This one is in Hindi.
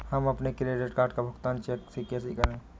हम अपने क्रेडिट कार्ड का भुगतान चेक से कैसे करें?